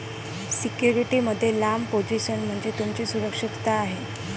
security मध्ये लांब position म्हणजे तुमची सुरक्षितता आहे